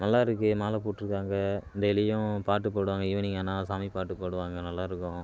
நல்லா இருக்கே மாலை போட்டுயிருக்காங்க டெய்லியும் பாட்டு போடுவாங்க ஈவினிங் ஆனால் சாமி பாட்டு போடுவாங்க நல்லாயிருக்கும்